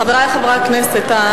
חברי חברי הכנסת,